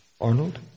Arnold